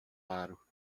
aro